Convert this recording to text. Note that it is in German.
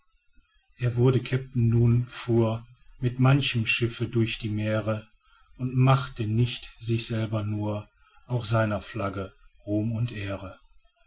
er wurde kapitän nun fuhr mit manchem schiffe durch die meere und machte nicht sich selber nur auch seiner flagge ruhm und ehre